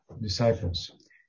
disciples